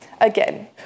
Again